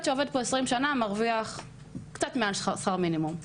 שעובד פה 20 שנה מרוויח קצת מעל שכר המינימום..".